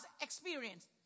experience